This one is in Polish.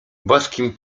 boskim